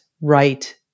right